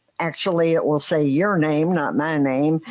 actually it will say your name, not my name.